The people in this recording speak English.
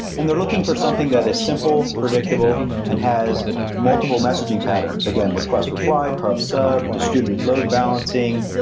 and they're looking for something that is simple, predictable and has multiple messaging patterns again, request reply, pub sub, distributed load balancing,